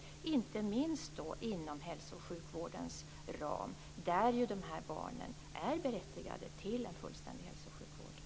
Det gäller inte minst inom hälso och sjukvårdens ram, då dessa barn är berättigade till en fullständig hälso och sjukvård.